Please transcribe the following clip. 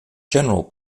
general